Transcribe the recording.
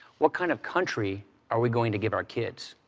what kind of country are we going to give our kids?